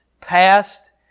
past